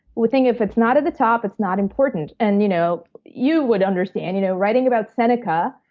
we think if it's not at the top, it's not important. and you know you would understand. you know writing about seneca,